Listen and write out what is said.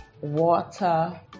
water